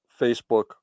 Facebook